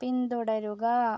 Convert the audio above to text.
പിന്തുടരുക